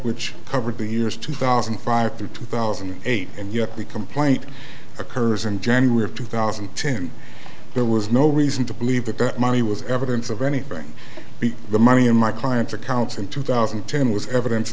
which covered the years two thousand and five to two thousand and eight and yet the complaint occurs in january of two thousand and ten there was no reason to believe that that money was evidence of anything the money in my client's accounts in two thousand and ten was evidence